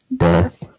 death